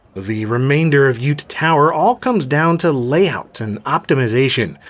the remainder of yoot tower all comes down to layout and optimization,